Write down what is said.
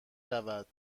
رود